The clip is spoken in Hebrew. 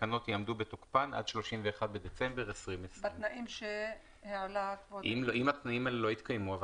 התקנות יעמדו בתוקפן עד 31 בדצמבר 2020. בתנאים שהעלה -- אם התנאים האלה לא יתקיימו,